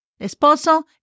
Esposo